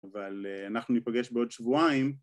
אבל אנחנו ניפגש בעוד שבועיים